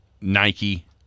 Nike